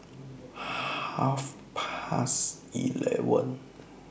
Half Past eleven